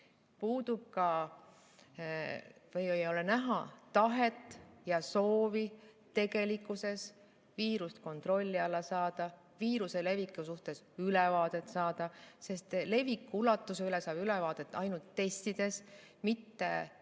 loogika. Ei ole näha tahet ja soovi tegelikkuses viirust kontrolli alla saada, viiruse leviku suhtes ülevaadet saada. Leviku ulatuse üle saab ülevaadet ainult testides, mitte süstides,